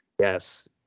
Yes